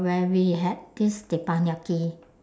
when we had this teppanyaki